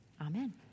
Amen